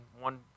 one